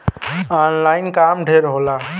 online काम ढेर होला